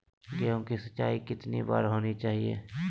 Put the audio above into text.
गेहु की सिंचाई कितनी बार होनी चाहिए?